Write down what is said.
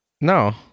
No